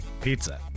pizza